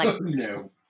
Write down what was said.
No